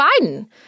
Biden